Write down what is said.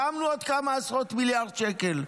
שמנו עוד כמה עשרות מיליארדי שקלים.